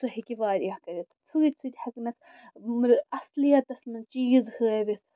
سُہ ہیٚکہِ واریاہ کٔرِتھ سۭتۍ سۭتۍ ہٮ۪کنَس اَصلِیتَس منٛز چیٖز ہٲوِتھ